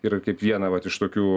ir kaip vieną vat iš tokių